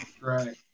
right